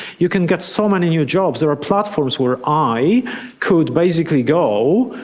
you can get so many new jobs. there are platforms where i could basically go,